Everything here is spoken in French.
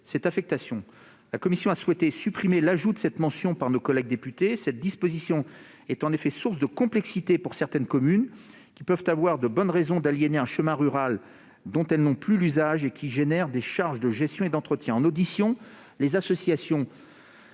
cette affectation. La commission a souhaité supprimer l'ajout de cette mention par nos collègues députés, cette disposition étant en effet source de complexité pour certaines communes, qui peuvent avoir de bonnes raisons d'aliéner un chemin rural dont elles n'ont plus l'usage et qui engendre des charges de gestion et d'entretien. En audition, l'Association